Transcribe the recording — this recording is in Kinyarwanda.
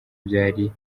byari